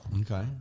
Okay